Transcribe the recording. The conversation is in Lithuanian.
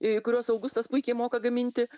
kuriuos augustas puikiai moka gaminti